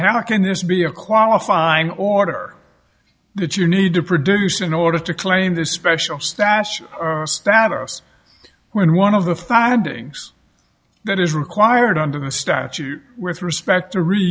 how can this be a qualifying order that you need to produce in order to claim this special stash status when one of the findings that is required under the statute with respect to re